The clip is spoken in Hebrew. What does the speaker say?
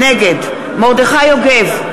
נגד מרדכי יוגב,